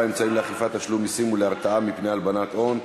(אמצעים לאכיפת תשלום מסים ולהרתעה מפני הלבנת הון)